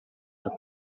per